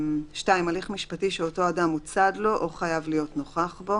"(2)הליך משפטי שאותו אדם הוא צד לו או חייב להיות נוכח בו,